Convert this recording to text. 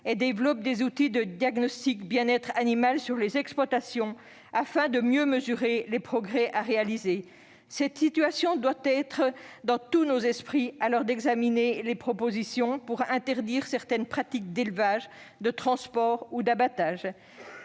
et développent des outils de diagnostic sur les exploitations, afin de mieux mesurer les progrès à réaliser. Cette situation doit être dans tous nos esprits à l'heure d'examiner des propositions pour interdire certaines pratiques d'élevage, de transport ou d'abattage.